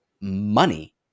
money